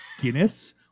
Guinness